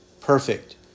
perfect